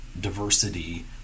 diversity